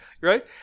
Right